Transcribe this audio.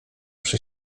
przy